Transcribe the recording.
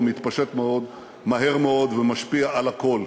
הוא מתפשט מהר מאוד ומשפיע על הכול.